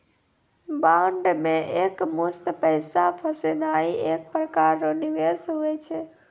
bond मे एकमुस्त पैसा फसैनाइ एक प्रकार रो निवेश हुवै छै